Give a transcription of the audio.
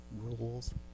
rules